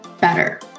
better